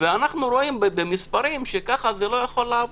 אנחנו רואים במספרים שככה זה לא יכול לעבוד.